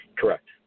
Correct